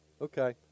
Okay